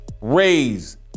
raise